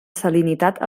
salinitat